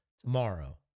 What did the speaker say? tomorrow